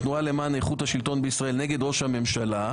התנועה למען איכות השלטון בישראל נ' ראש הממשלה,